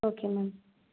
okay ma'am